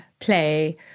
play